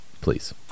please